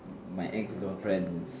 my ex girlfriend's